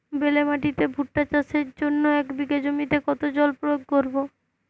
বেলে মাটিতে ভুট্টা চাষের জন্য এক বিঘা জমিতে কতো জল প্রয়োগ করব?